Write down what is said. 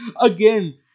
again